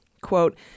Quote